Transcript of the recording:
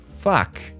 Fuck